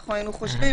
אנחנו היינו חושבים